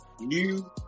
New